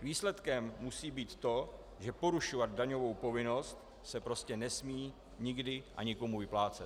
Výsledkem musí být to, že porušovat daňovou povinnost se prostě nesmí nikdy a nikomu vyplácet.